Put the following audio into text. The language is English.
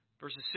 Verses